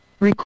Record